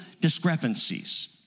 discrepancies